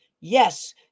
Yes